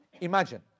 imagine